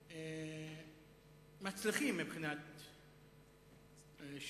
אחד הערוצים המצליחים מבחינת שידורים,